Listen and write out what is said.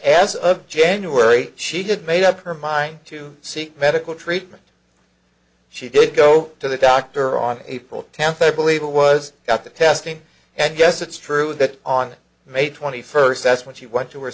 as of january she had made up her mind to seek medical treatment she did go to the doctor on april tenth i believe it was not the testing and yes it's true that on may twenty first that's when she went to